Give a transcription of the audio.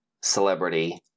Celebrity